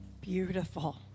Beautiful